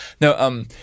No